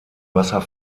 wasser